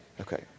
Okay